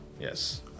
Yes